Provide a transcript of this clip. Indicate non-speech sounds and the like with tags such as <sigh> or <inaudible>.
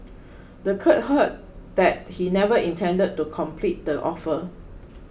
<noise> the court heard that he never intended to complete the offer